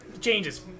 changes